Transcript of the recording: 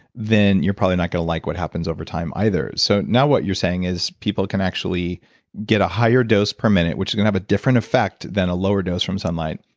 then you're probably not going to like what happens over time either so now what you're saying is people can actually get a higher dose per minute which is going to have a different effect than a lower dose from sunlight,